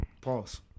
Pause